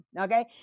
okay